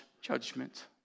judgment